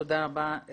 תודה רבה.